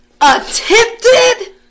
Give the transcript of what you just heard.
attempted